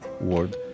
word